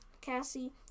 Cassie